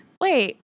wait